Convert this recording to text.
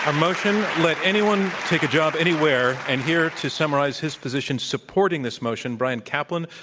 um motion, let anyone take a job anywhere, and here to summarize his possession supporting this motion, bryan caplan,